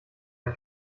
ein